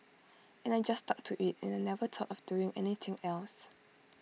and I just stuck to IT and I never thought of doing anything else